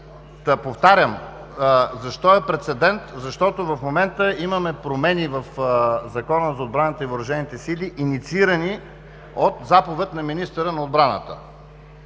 повтарям. Защо е прецедент? Защото в момента имаме промени в Закона за отбраната и въоръжените сили, инициирани от заповед на министъра на отбраната.